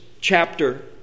chapter